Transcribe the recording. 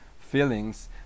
feelings